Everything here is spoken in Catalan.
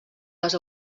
les